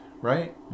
right